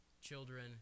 children